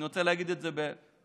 אני רוצה להגיד את זה בערבית,